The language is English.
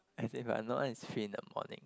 as if lah no one is free in the morning